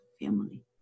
Family